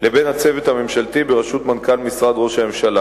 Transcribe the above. לבין הצוות הממשלתי בראשות מנכ"ל משרד ראש הממשלה.